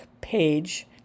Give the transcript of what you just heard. page